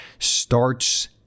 starts